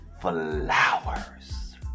flowers